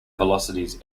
velocities